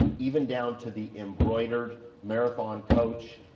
even down to the embroidered marathon coach,